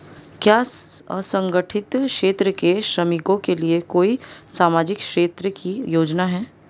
क्या असंगठित क्षेत्र के श्रमिकों के लिए कोई सामाजिक क्षेत्र की योजना है?